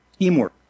teamwork